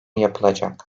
yapılacak